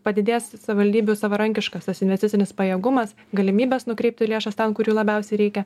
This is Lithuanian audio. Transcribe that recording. padidės savivaldybių savarankiškas tas investicinis pajėgumas galimybės nukreipti lėšas ten kur jų labiausiai reikia